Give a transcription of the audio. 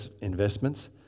investments